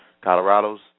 Colorado's